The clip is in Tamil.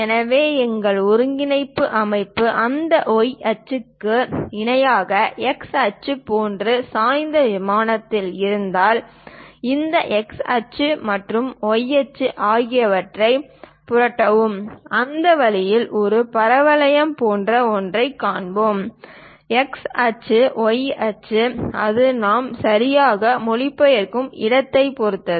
எனவே எங்கள் ஒருங்கிணைப்பு அமைப்பு அந்த y அச்சுக்கு இயல்பான x அச்சு போன்ற சாய்ந்த விமானத்தில் இருந்தால் இந்த x அச்சு y அச்சு ஆகியவற்றைப் புரட்டவும் அந்த வழியில் ஒரு பரவளையம் போன்ற ஒன்றைக் காண்போம் x அச்சு y அச்சு அது நாம் சரியாக மொழிபெயர்க்கும் இடத்தைப் பொறுத்தது